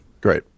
great